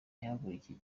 yahagurukiye